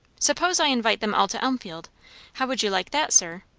suppose i invite them all to elmfield how would you like that, sir?